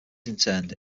interred